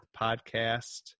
Podcast